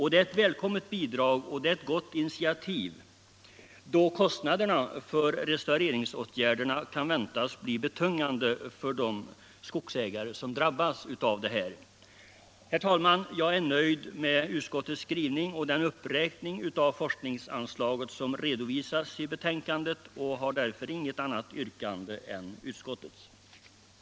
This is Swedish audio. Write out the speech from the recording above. Det är ett välkommet bidrag och ett gott initiativ, då kostnaderna för restaureringsåtgärderna kan väntas bli betungande för de drabbade skogsägarna. Herr talman! Jag är nöjd med utskottets skrivning och den uppräkning av forskningsanslaget som redovisas i betänkandet och har därför inget annat yrkande än om bifall till utskottets hemställan.